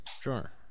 Sure